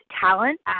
talent